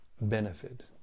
benefit